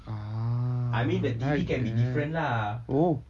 ah like that oh